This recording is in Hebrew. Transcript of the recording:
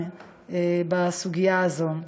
בסוגיה הזאת.